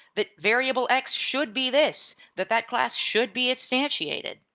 that variable x should be this, that that class should be instantiated,